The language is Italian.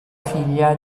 figlia